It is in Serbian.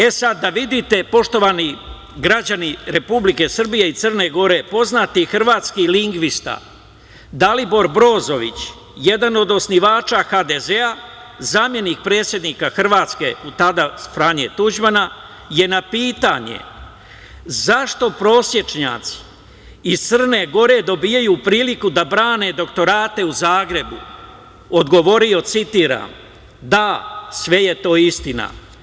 E, sad da vidite, poštovani građani Republike Srbije i Crne Gore, poznati hrvatski lingvista Dalibor Brozović, jedan od osnivača HDZ-a, zamenik predsednika Hrvatske tada Franje Tuđmana, je na pitanje - zašto prosečnjaci iz Crne Gore dobijaju priliku da brane doktorate u Zagrebu, odgovorio, citiram: "Da, sve je to istina.